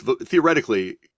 theoretically